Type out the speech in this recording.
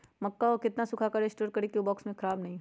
मक्का को कितना सूखा कर स्टोर करें की ओ बॉक्स में ख़राब नहीं हो?